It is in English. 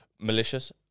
Malicious